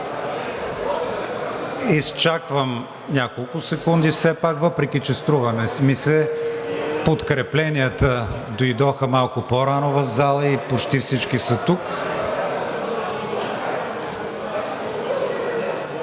Изчаквам няколко секунди все пак, въпреки че подкрепленията дойдоха малко по-рано в залата и почти всички са тук.